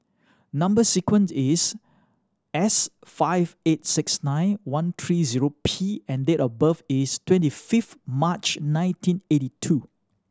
number sequence is S five eight six nine one three zero P and date of birth is twenty fifth March nineteen eighty two